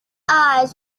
eyes